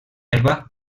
herba